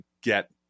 get